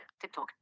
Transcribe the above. TikTok